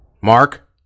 Mark